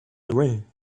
away